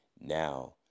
Now